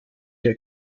der